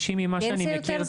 בקשישים ממה שאני מכיר,